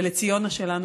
ולציונה שלנו,